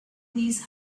these